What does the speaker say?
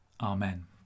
Amen